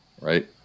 right